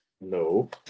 No